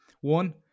One